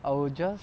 I will just